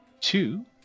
two